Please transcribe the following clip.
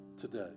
today